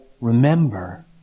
remember